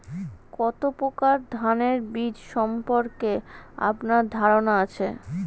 কত প্রকার ধানের বীজ সম্পর্কে আপনার ধারণা আছে?